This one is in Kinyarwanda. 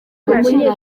agaciro